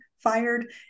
fired